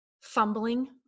fumbling